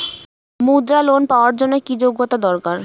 মুদ্রা লোন পাওয়ার জন্য কি যোগ্যতা দরকার?